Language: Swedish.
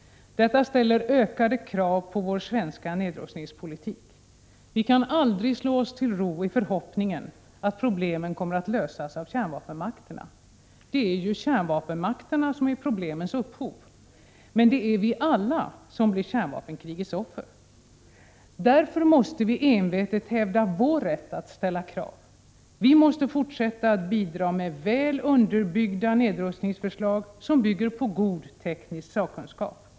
Detta ställer ökade krav på vår svenska nedrustningspolitik. Vi kan aldrig slå oss till ro i förhoppningen att problemen kommer att lösas av kärnvapenmakterna. Det är ju kärnvapenmakterna som är problemens upphov. Men det är vi alla som blir kärnvapenkrigets offer. Därför måste vi envetet hävda vår rätt att ställa krav. Vi måste fortsätta att bidra med väl underbyggda nedrustningsförslag, som bygger på god teknisk sakkunskap.